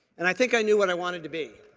and i think i knew what i wanted to be.